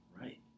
Right